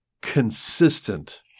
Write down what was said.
consistent